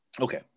Okay